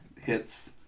hits